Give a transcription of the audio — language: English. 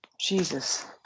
Jesus